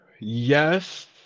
Yes